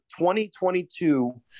2022